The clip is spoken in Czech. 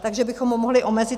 Takže bychom ho mohli omezit.